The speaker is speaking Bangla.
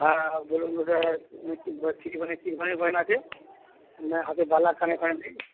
হ্যাঁ বলুন কী ধরনের গয়না আছে হ্যাঁ হাতের বালা আর কানের বাউটি